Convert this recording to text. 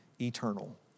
eternal